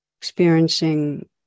experiencing